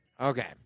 Okay